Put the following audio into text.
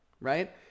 right